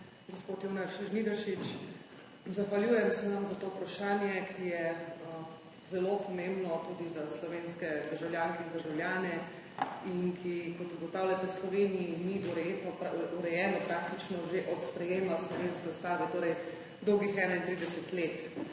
gospod Jonas Žnidaršič. Zahvaljujem se vam za to vprašanje, ki je zelo pomembno tudi za slovenske državljanke in državljane in ki, kot ugotavljate, v Sloveniji ni urejeno praktično že od sprejema slovenska ustava, torej dolgih 31 let.